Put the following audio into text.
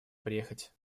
приехать